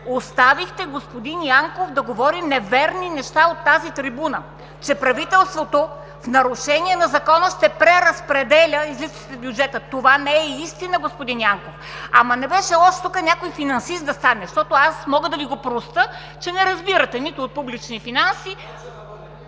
оставихте господин Янков да говори неверни неща от тази трибуна! Че правителството в нарушение на Закона ще преразпределя излишъците в бюджета. Това не е истина, господин Янков! Ама, не беше лошо тук някой финансист да стане, защото аз мога да Ви го простя, че не разбирате нито от публични финанси,